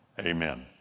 Amen